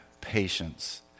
patience